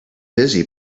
busy